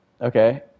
Okay